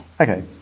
Okay